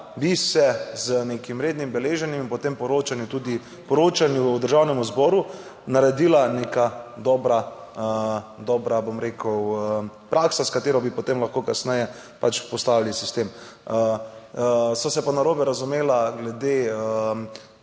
bi se z nekim rednim beleženjem in potem poročanju Državnemu zboru naredila neka dobra, bom rekel, praksa s katero bi potem lahko kasneje pač postavili sistem. Sva se pa narobe razumela glede